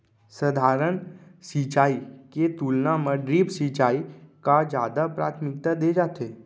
सधारन सिंचाई के तुलना मा ड्रिप सिंचाई का जादा प्राथमिकता दे जाथे